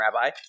Rabbi